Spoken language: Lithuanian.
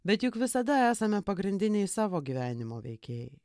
bet juk visada esame pagrindiniai savo gyvenimo veikėjai